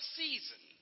season